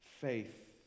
faith